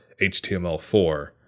HTML4